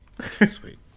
Sweet